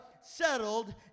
settled